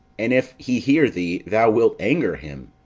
an if he hear thee, thou wilt anger him.